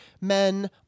men